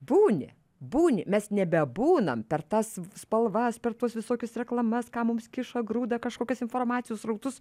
būni būni mes nebebūnam per tas spalvas per tuos visokius reklamas ką mums kiša grūda kažkokias informacijos srautus